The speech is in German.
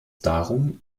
darum